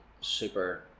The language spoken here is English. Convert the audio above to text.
super